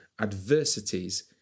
adversities